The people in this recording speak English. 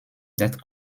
that